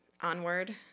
onward